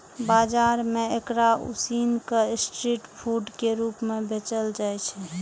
बाजार मे एकरा उसिन कें स्ट्रीट फूड के रूप मे बेचल जाइ छै